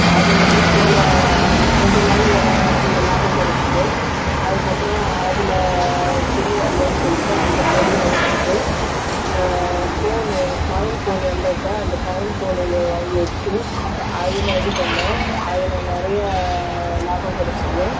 அது வந்து சரியா கொஞ்ச நாள் அதில் லாபம் கிடச்சிது அதுக்கப்புறம் அதில் சரி வர்லைன்னு சொல்லிட்டு அந்த பொருளை எடுத்துகிட்டு ஃபோனு காயின் ஃபோன் வந்தப்போ அந்த காயின் ஃபோன் இது வாங்கி வச்சு அதில் இது பண்ணிணோம் அதில் நிறையா லாபம் கெடச்சுது